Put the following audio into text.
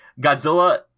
Godzilla